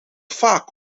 vaak